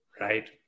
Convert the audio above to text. Right